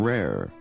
Rare